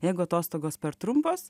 jeigu atostogos per trumpos